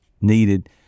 needed